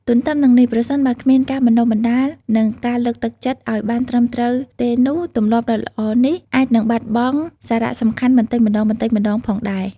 ទទ្ទឹមនឹងនេះ ប្រសិនបើគ្មានការបណ្ដុះបណ្ដាល និងការលើកទឹកចិត្តឲ្យបានត្រឹមត្រូវទេនោះ ទម្លាប់ដ៏ល្អនេះអាចនឹងបាត់បង់សារៈសំខាន់បន្តិចម្ដងៗផងដែរ។